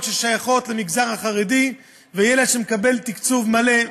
ששייכות למגזר החרדי ושל ילד שמקבל תקצוב מלא.